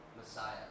Messiah